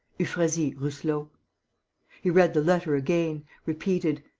euphrasie rousselot he read the letter again, repeated,